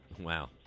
Wow